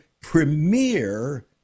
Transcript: premier